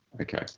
okay